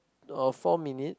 or four minutes